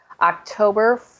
October